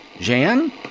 Jan